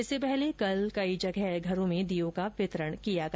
इससे पहले कल कई जगह घरों में दीयो का वितरण किया गया